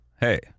hey